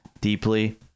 deeply